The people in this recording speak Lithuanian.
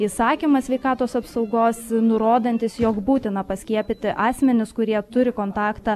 įsakymas sveikatos apsaugos nurodantis jog būtina paskiepyti asmenis kurie turi kontaktą